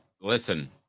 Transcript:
Listen